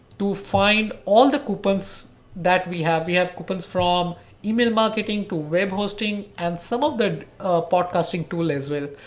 to find all the coupons that we have. we have coupons from email marketing to web hosting and some of the podcasting tool as well.